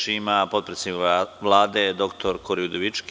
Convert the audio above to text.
Reč ima potpredsednik Vlade, dr Kori Udovički.